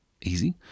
Easy